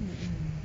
mmhmm